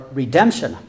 redemption